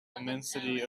immensity